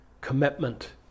commitment